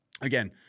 Again